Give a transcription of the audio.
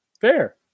fair